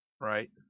Right